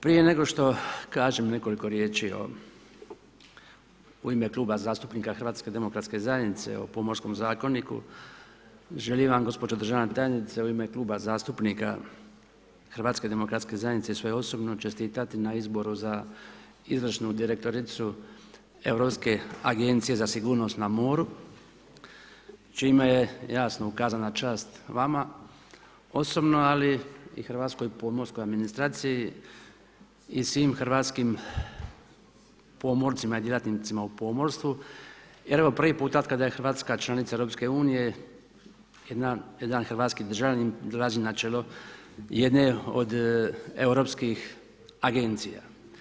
Prije nego što kažem nekoliko riječi u ime Kluba zastupnika HDZ-a o Pomorskom zakoniku, želim vam gospođo državne tajnice u ime Kluba zastupnika HDZ-a i su svoje osobno, čestitati na izboru za izvršnu direktoricu Europske agencije za sigurnost na moru čime je jasno, ukazana čast vama osobno ali i hrvatskoj pomorskoj administraciji i svim hrvatskim pomorcima i djelatnicima u pomorstvu jer evo prvi puta od kada je Hrvatska članica EU-a, jedan hrvatski državljanin dolazi na čelo jedne od europskih agencija.